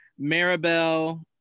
Maribel